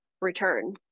return